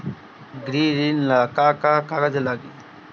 गृह ऋण ला का का कागज लागी?